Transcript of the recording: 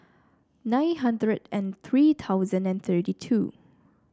nine hundred and three thousand and thirty two